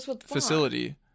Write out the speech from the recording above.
facility